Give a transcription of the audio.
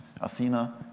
Athena